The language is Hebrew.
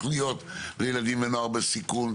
לילדים ונוער בסיכון?